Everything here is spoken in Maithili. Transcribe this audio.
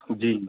जी